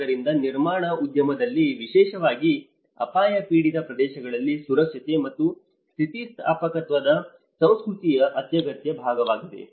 ಆದ್ದರಿಂದ ನಿರ್ಮಾಣ ಉದ್ಯಮದಲ್ಲಿ ವಿಶೇಷವಾಗಿ ಅಪಾಯ ಪೀಡಿತ ಪ್ರದೇಶಗಳಲ್ಲಿ ಸುರಕ್ಷತೆ ಮತ್ತು ಸ್ಥಿತಿಸ್ಥಾಪಕತ್ವದ ಸಂಸ್ಕೃತಿಯ ಅತ್ಯಗತ್ಯ ಭಾಗವಾಗಿದೆ